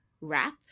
wrap